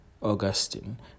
Augustine